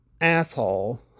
asshole